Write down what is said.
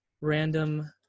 random